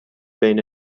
بین